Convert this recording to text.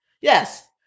Yes